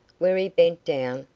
where he bent down,